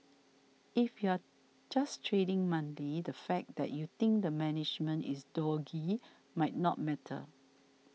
if you're just trading monthly the fact that you think the management is dodgy might not matter